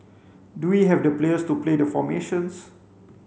do we have the players to play the formations